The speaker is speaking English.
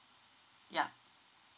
ya